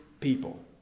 people